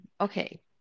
Okay